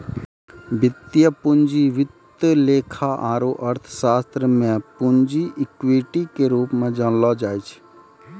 वित्तीय पूंजी वित्त लेखा आरू अर्थशास्त्र मे पूंजी इक्विटी के रूप मे जानलो जाय छै